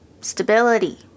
stability